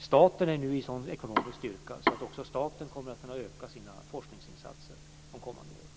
Staten har nu en sådan ekonomisk styrka att också den kommer att kunna öka sina forskningsinsatser de kommande åren.